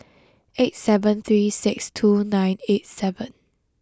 eight seven three six two nine eight seven